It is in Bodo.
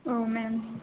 औ मेम